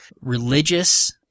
religious –